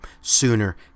sooner